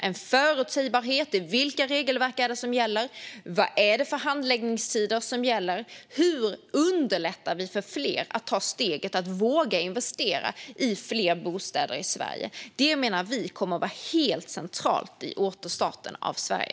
Det handlar om förutsägbarhet när det gäller vilka regelverk som gäller, vilka handläggningstider som gäller och att se till att underlätta för fler att ta steget och våga investera i fler bostäder i Sverige. Detta menar vi kommer att vara helt centralt i återstarten av Sverige.